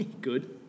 Good